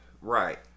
Right